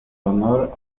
honor